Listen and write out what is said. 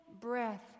breath